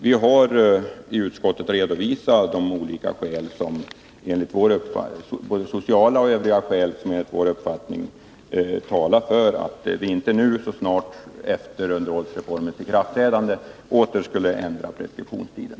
Vi har i utskottet redovisat de sociala och övriga skäl som enligt vår uppfattning talar för att vi inte nu, så snart efter underhållsreformens ikraftträdande, åter skulle ändra preskriptionstiden.